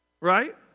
Right